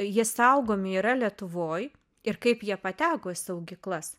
jie saugomi yra lietuvoj ir kaip jie pateko į saugyklas